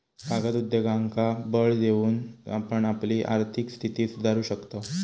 कागद उद्योगांका बळ देऊन आपण आपली आर्थिक स्थिती सुधारू शकताव